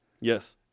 Yes